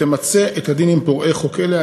ותמצה את הדין עם פורעי חוק אלה.